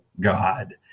God